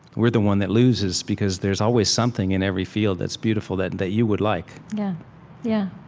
we're the one that loses because there's always something in every field that's beautiful, that that you would like yeah.